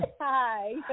Hi